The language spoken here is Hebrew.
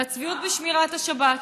על הצביעות בשמירת השבת.